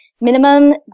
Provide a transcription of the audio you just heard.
Minimum